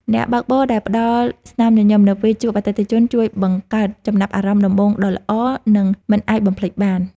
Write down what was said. អ្នកបើកបរដែលផ្ដល់ស្នាមញញឹមនៅពេលជួបអតិថិជនជួយបង្កើតចំណាប់អារម្មណ៍ដំបូងដ៏ល្អ និងមិនអាចបំភ្លេចបាន។